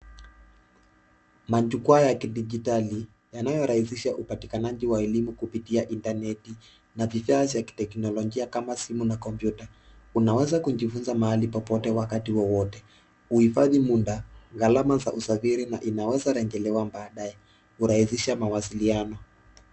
Majukwaa ya kidijitali yanayorahisisha upatikanaji wa elimu kupitia inteneti na vifaa vya kiteknolojia kama simu na kompyuta. Uwanweza kujifuza mahali popote wakati wowote. Uhifahi muda, gharama ya usafiri na inaweza rejerewa mbali kurahisihsa mawasiliano.